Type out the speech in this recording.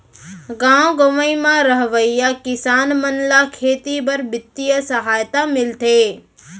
गॉव गँवई म रहवइया किसान मन ल खेती बर बित्तीय सहायता मिलथे